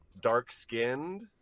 dark-skinned